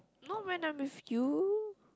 no when I miss you